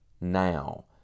now